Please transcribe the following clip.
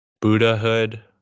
Buddhahood